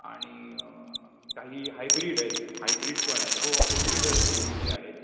आणि काही हायब्रीड आहेत हायब्रिड पण आहेत हो हायब्रिड आहेत सी एन जी आहे